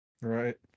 Right